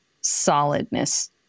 solidness